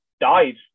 died